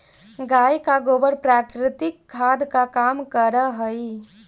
गाय का गोबर प्राकृतिक खाद का काम करअ हई